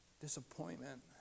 disappointment